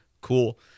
Cool